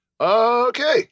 Okay